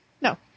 No